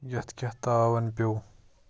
یَتھ کیٛاہ تاوَن پٮ۪و